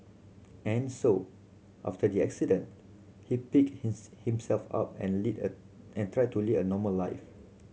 and so after the accident he picked his himself up and lead a and tried to lead a normal life